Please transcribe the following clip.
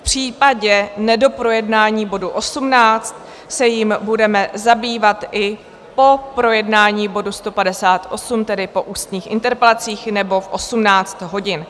V případě nedoprojednání bodu 18 se jím budeme zabývat i po projednání bodu 158, tedy po ústních interpelacích nebo v 18 hodin.